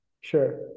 Sure